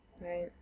Right